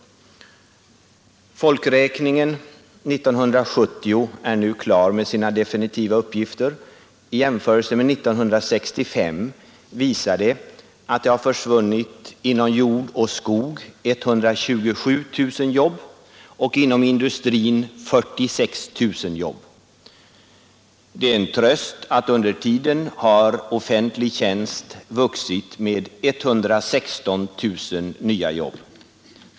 Folkräkningen 1970 är nu klar med sina definitiva uppgifter. I jämförelse med 1965 visar de att det har försvunnit inom jordoch skogsbruket 127 000 jobb och inom industrin 46 000 jobb. Det är en tröst att offentlig tjänst under tiden har vuxit med 116 000 nya jobb.